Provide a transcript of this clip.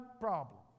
problem